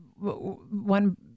one